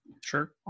sure